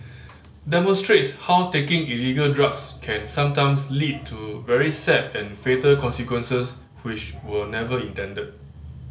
demonstrates how taking illegal drugs can sometimes lead to very sad and fatal consequences which were never intended